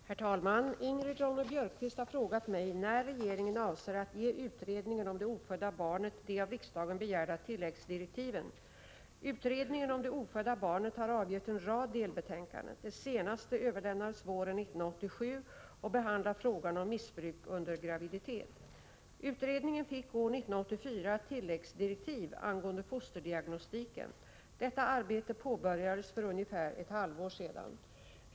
Herr talman! Ingrid Ronne-Björkqvist har frågat mig när regeringen avser att ge utredningen om det ofödda barnet de av riksdagen begärda tilläggsdirektiven. Utredningen om det ofödda barnet har avgett en rad delbetänkanden. Det senaste överlämnades våren 1987 och behandlar frågan om missbruk under graviditet. Utredningen fick år 1984 tilläggsdirektiv angående fosterdiagnostiken. Detta arbete påbörjades för ungefär ett halvår sedan.